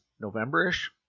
November-ish